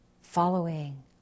following